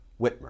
Whitmer